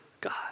God